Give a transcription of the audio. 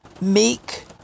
meek